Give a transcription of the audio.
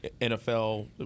NFL